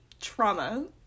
trauma